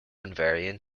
invariant